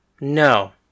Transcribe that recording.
No